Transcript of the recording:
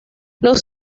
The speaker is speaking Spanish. los